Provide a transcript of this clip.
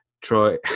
Troy